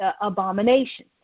abomination